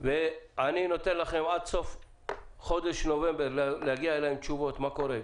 ואני נותן לכם עד סוף חודש נובמבר להגיע אליי עם תשובות מה קורה.